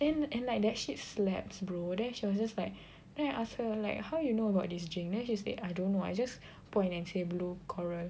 then and like that shit slaps bro then she was just like then I ask her like how you know about this drink then she said I don't know I just point and say blue coral